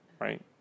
right